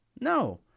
No